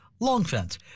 Longfence